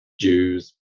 Jews